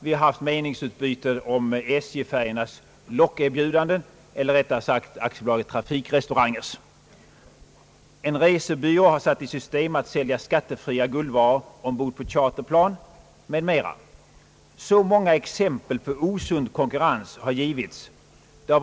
Vi har haft meningsutbyten om SJ-färjornas lockerbjudanden — eller rättare sagt AB Trafikrestauranters. En resebyrå har satt i system att sälja skattefria guldvaror ombord på charterplan osv. Så många exempel på osund konkurrens har givits — vi har fåit rapporter om Ang.